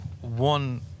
one